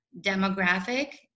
demographic